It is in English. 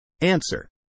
Answer